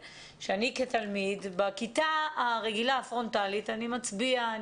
תלמיד, אני מצטערת.